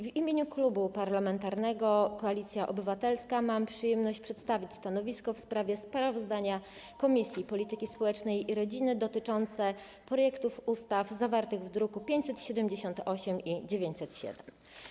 W imieniu Klubu Parlamentarnego Koalicja Obywatelska mam przyjemność przedstawić stanowisko w sprawie sprawozdania Komisji Polityki Społecznej i Rodziny dotyczące projektów ustaw zawartych w drukach nr 578 i 907.